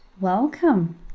welcome